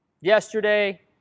Yesterday